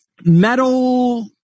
metal